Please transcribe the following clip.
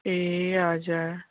ए हजुर